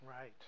Right